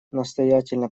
настоятельно